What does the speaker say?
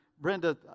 Brenda